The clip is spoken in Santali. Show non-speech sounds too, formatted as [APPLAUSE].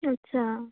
ᱟᱪᱪᱷᱟ [UNINTELLIGIBLE]